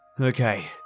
Okay